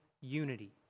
unity